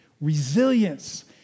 Resilience